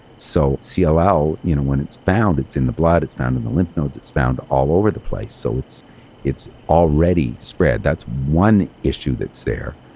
so so cll, you know when it's found, it's in the blood, it's found in the lymph nodes, it's found all over the place. so it's it's already spread. that's one issue that's there.